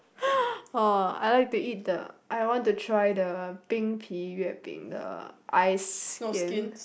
oh I like to eat the I want to try the 冰皮月饼 the ice skin